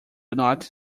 not